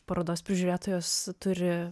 parodos prižiūrėtojos turi